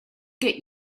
get